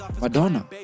Madonna